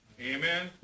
Amen